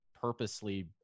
purposely